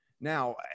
Now